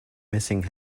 missing